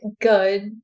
good